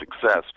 success